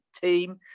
team